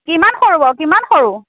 কিমান সৰু বাৰু কিমান সৰু